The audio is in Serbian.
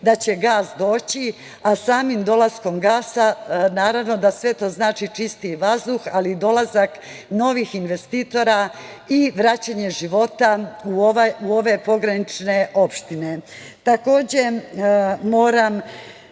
da će gas doći, a samim dolaskom gasa, naravno da sve to znači čistiji vazduh, ali i dolazak novih investitora i vraćanje života u ove pogranične opštine. Takođe, ono